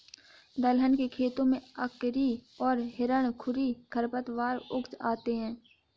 दलहन के खेत में अकरी और हिरणखूरी खरपतवार उग आते हैं